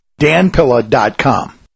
danpilla.com